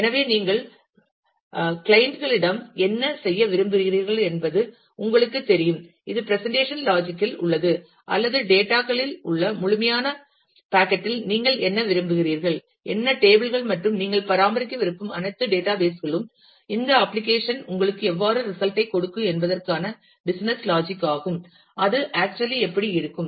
எனவே நீங்கள் கிளையன்ட் களிடம் என்ன செய்ய விரும்புகிறீர்கள் என்பது உங்களுக்குத் தெரியும் இது பிரசன்டேஷன் லாஜிக் இல் உள்ளது அல்லது டேட்டா களில் உள்ள முழுமையான பாக்கெட் இல் நீங்கள் என்ன விரும்புகிறீர்கள் என்ன டேபிள் கள் மற்றும் நீங்கள் பராமரிக்க விரும்பும் அனைத்து டேட்டாபேஸ் களும் இந்த அப்ளிகேஷன் உங்களுக்கு எவ்வாறு ரிசல்ட் ஐ கொடுக்கும் என்பதற்கான பிசினஸ் லாஜிக் ஆகும் அது ஆக்சுவலி எப்படி இருக்கும்